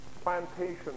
plantation